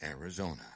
Arizona